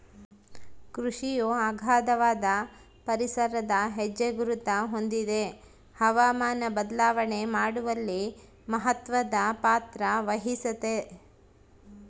ಕೃಷಿಯು ಅಗಾಧವಾದ ಪರಿಸರದ ಹೆಜ್ಜೆಗುರುತ ಹೊಂದಿದೆ ಹವಾಮಾನ ಬದಲಾವಣೆ ಮಾಡುವಲ್ಲಿ ಮಹತ್ವದ ಪಾತ್ರವಹಿಸೆತೆ